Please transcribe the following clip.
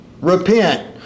repent